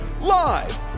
live